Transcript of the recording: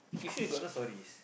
you say you got no stories